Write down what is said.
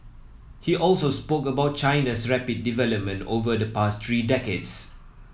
he also spoke about China's rapid development over the past three decades